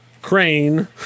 Crane